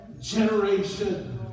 generation